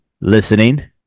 listening